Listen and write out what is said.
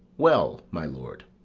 well, my lord.